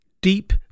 deep